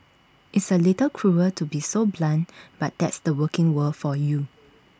it's A little cruel to be so blunt but that's the working world for you